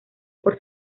por